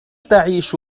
تعيش